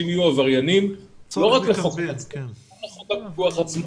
יהיו עבריינים ולא רק לפי חוק הפיקוח עצמו.